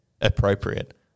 appropriate